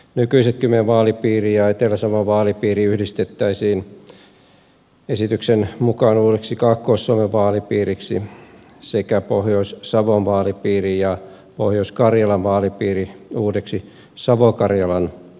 nykyiset kymeen vaalipiiri ja etelä savon vaalipiiri yhdistettäisiin esityksen mukaan uudeksi kaakkois suomen vaalipiiriksi sekä pohjois savon vaalipiiri ja pohjois karjalan vaalipiiri uudeksi savo karjalan vaalipiiriksi